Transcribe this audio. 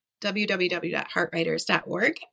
www.heartwriters.org